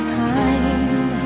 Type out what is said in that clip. time